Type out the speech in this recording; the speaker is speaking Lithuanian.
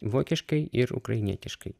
vokiškai ir ukrainietiškai